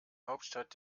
hauptstadt